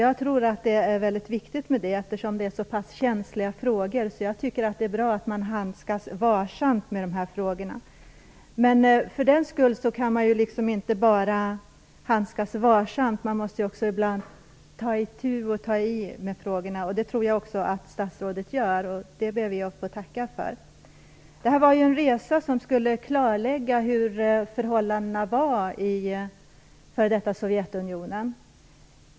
Jag tror att det är mycket viktigt eftersom det är så pass känsliga frågor. Jag tycker att det är bra att man handskas varsamt med dem. Men man kan inte bara handskas varsamt, ibland måste man också ta itu med frågorna. Det tror jag också att statsrådet gör. Det ber vi att få tacka för. Detta var ju en resa som skulle klarlägga hur förhållandena var i f.d. Sovjetunionen.